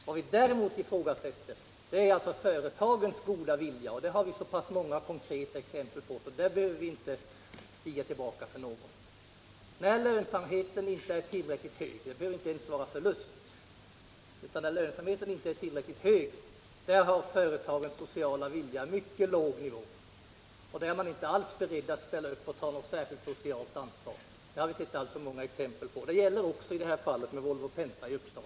Vad vi däremot ifrågasätter är företagens goda vilja, och i det sammanhanget har vi så pass många konkreta exempel att vi inte behöver ta tillbaka någonting. När lönsamheten inte är tillräckligt hög — det behöver inte ens vara förlust — har företagens sociala vilja haft mycket låg nivå. Då är de inte alls beredda att ställa upp och ta något särskilt socialt ansvar. Det har vi sett alltför många exempel på, och det gäller också i det här fallet - Volvo-Penta i Uppsala.